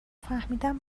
فهمیدم